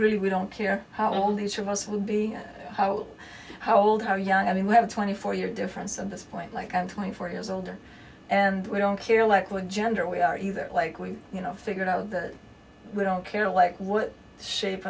really we don't care how lonely each of us will be how how old how young i mean we have a twenty four year difference of this point like i'm twenty four years old and we don't care like what gender we are either like we you know figured out of that we don't care like what shape or